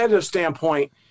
standpoint